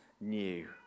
new